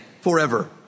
forever